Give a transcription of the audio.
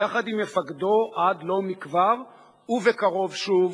יחד עם מפקדו עד לא מכבר ובקרוב שוב,